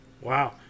Wow